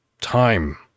time